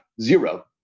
zero